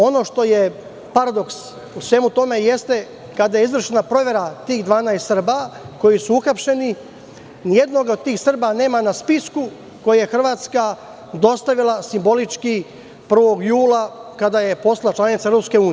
Ono što je paradoks u svemu tome jeste, kada je izvršena provera tih 12 Srba koji su uhapšeni, ni jednog od tih Srba nema na spisku koji je Hrvatska dostavila simbolički 1. jula, kada je postala članica EU.